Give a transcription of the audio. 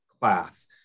class